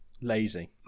lazy